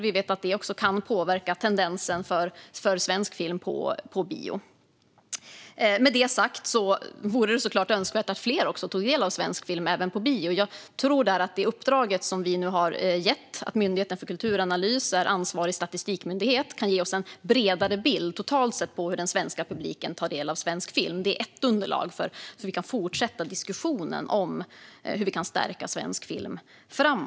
Vi vet att det kan påverka tendensen också för svensk film på bio. Med det sagt vore det såklart önskvärt att fler tog del av svensk film även på bio. Jag tror att det uppdrag som vi nu har gett, att Myndigheten för kulturanalys är ansvarig statistikmyndighet, kan ge oss en bredare bild av hur den svenska publiken tar del av svensk film. Det är ett underlag för den fortsatta diskussionen om hur vi kan stärka svensk film framöver.